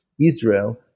Israel